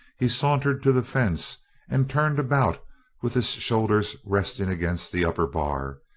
he sauntered to the fence and turned about with his shoulders resting against the upper bar,